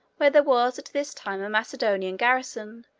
where there was at this time a macedonian garrison,